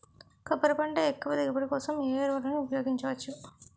కొబ్బరి పంట ఎక్కువ దిగుబడి కోసం ఏ ఏ ఎరువులను ఉపయోగించచ్చు?